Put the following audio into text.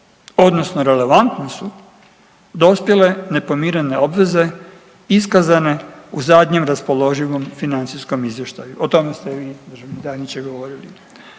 odnosno relevantne su dospjele nepodmirene obveze iskazane u zadnjem raspoloživom financijskom izvještaju. O tome ste i vi državni tajniče govorili.